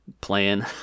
playing